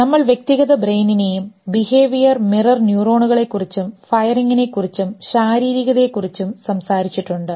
നമ്മൾ വ്യക്തിഗത ബ്രെയിനിനെയും ബിഹേവിയർ മിറർ ന്യൂറോണുകകളെക്കുറിച്ചും ഫയറിംഗിനെക്കുറിച്ചും ശാരീരികതയെക്കുറിച്ചും സംസാരിച്ചിട്ടുണ്ട്